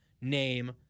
name